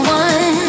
one